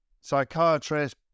psychiatrist